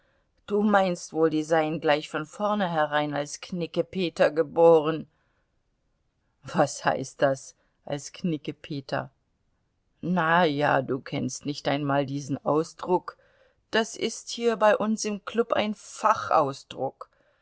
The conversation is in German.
du meinst wohl die seien gleich von vornherein als knickepeter geboren was heißt das als knickepeter na ja du kennst nicht einmal diesen ausdruck das ist hier bei uns im klub ein fachausdruck